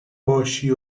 باشی